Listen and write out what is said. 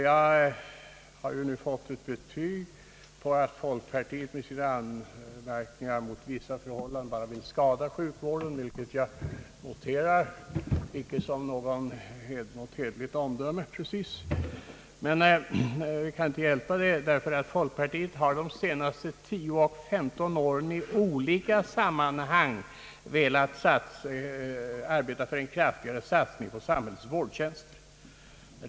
Jag har nu fått ett betyg på att folkpartiet med sina anmärkningar bara vill skada sjukvården, vilket jag noterar, dock icke som något särskilt hövligt omdöme. Folkpartiet har ju de senaste tio å femton åren i olika sammanhang velat arbeta för en kraftigare satsning på samhällets vårdtjänst.